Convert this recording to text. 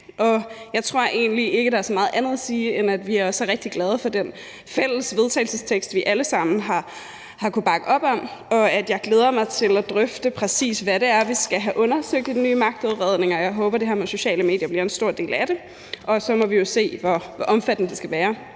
Jeg tror egentlig ikke, der er så meget andet at sige, end at vi også er rigtig glade for den fælles vedtagelsestekst, vi alle sammen har kunnet bakke op om, og at jeg glæder mig til at drøfte, præcis hvad det er, vi skal have undersøgt i den nye magtudredning, og jeg håber, at det her med sociale medier bliver en stor del af det. Og så må vi jo se, hvor omfattende det skal være.